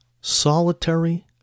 solitary